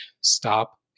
stop